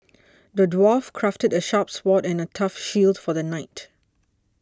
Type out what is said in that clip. the dwarf crafted a sharp sword and a tough shield for the knight